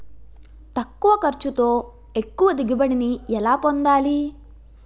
తక్కువ ఖర్చుతో ఎక్కువ దిగుబడి ని ఎలా పొందాలీ?